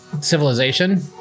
civilization